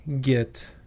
get